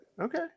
Okay